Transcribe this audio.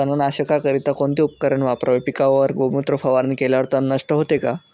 तणनाशकाकरिता कोणते उपकरण वापरावे? पिकावर गोमूत्र फवारणी केल्यावर तण नष्ट होते का?